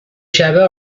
شبه